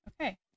Okay